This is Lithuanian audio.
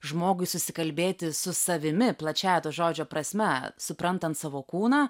žmogui susikalbėti su savimi plačiąja to žodžio prasme suprantant savo kūną